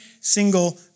single